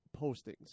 postings